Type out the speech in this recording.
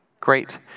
Great